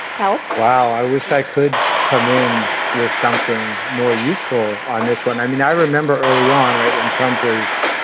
help wow. i wish i could come in with something more useful on this one. i mean, i remember early on, right, when tremblay's